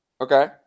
Okay